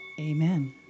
Amen